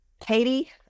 Katie